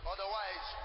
Otherwise